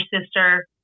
sister